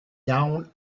down